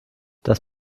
das